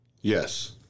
yes